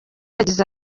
yagize